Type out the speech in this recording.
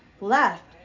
Left